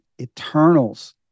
Eternals